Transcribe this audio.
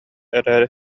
эрээри